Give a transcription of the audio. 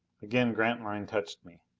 again grantline touched me.